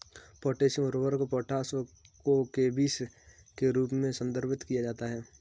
potassium उर्वरक potash को केबीस के रूप में संदर्भित किया जाता है